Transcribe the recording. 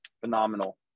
phenomenal